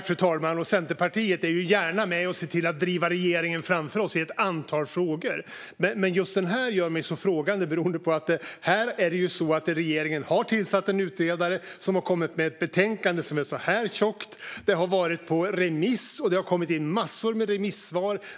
Fru talman! Centerpartiet är ju gärna med och ser till att vi driver regeringen framför oss i ett antal frågor, men just den här ställer jag mig frågande till. Här är det ju så att regeringen har tillsatt en utredare som har kommit med ett tjockt betänkande. Det har varit på remiss, och det har kommit in massor med remissvar.